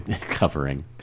Covering